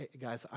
Guys